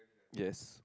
yes